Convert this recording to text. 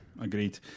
Agreed